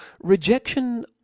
rejection